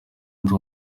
ndi